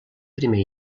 primer